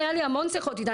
היו לי המון שיחות איתה,